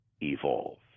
evolve